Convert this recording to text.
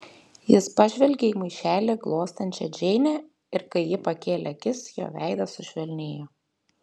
jis pažvelgė į maišelį glostančią džeinę ir kai ji pakėlė akis jo veidas sušvelnėjo